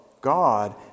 God